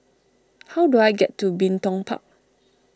how do I get to Bin Tong Park